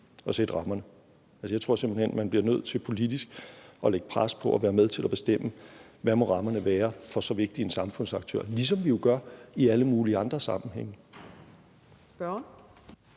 at sætte rammerne for. Jeg tror simpelt hen, man bliver nødt til politisk at lægge pres på og være med til at bestemme, hvad rammerne må være for så vigtig en samfundsaktør – ligesom vi jo gør i alle mulige andre sammenhænge.